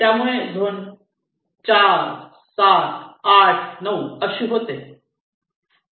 त्यामुळे झोन 4 4 7 8 9 अशी होते